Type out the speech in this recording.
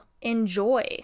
enjoy